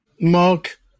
Mark